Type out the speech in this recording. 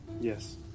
Yes